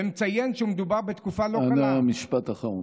ומציין שמדובר בתקופה לא קלה, אנא, משפט אחרון.